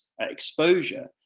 exposure